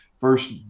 first